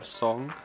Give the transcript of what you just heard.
song